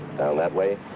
that way,